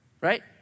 right